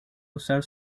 usar